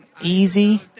easy